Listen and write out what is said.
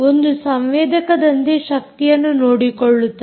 ಒಂದು ಸಂವೇದಕದಂತೆ ಶಕ್ತಿಯನ್ನು ನೋಡಿಕೊಳ್ಳುತ್ತದೆ